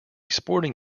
sporting